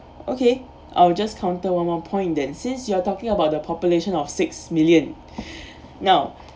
okay I'll just counter one more point then since you are talking about the population of six million now